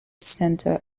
center